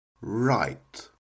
right